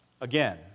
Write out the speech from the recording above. Again